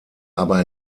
aber